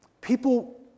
people